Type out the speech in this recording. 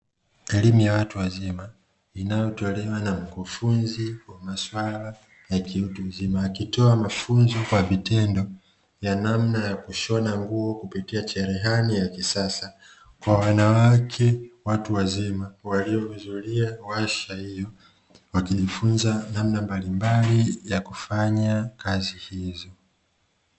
Elimu ya watu wazima inayotolewa na mkufunzi wa maswala ya kiutu uzima akitoa mafunzo kwa vitendo ya namna ya kushona nguo kupitia cherehani ya kisasa, kwa wanawake watu wazima waliohudhuria darasa hiyo wakijifunza namna mbalimbali ya kufanya kazi hizi.